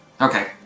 Okay